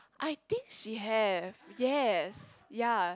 I think she have yes ya